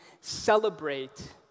celebrate